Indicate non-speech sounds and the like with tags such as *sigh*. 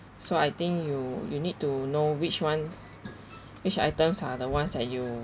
so I think you you need to know which ones *noise* which items are the ones that are you